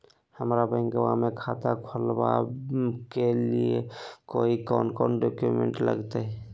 हमरा बैंकवा मे खाता खोलाबे के हई कौन कौन डॉक्यूमेंटवा लगती?